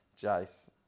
Jace